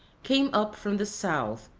came up from the south,